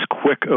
quick